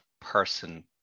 person